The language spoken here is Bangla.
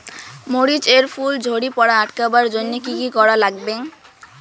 মরিচ এর ফুল ঝড়ি পড়া আটকাবার জইন্যে কি কি করা লাগবে?